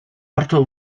proto